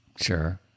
Sure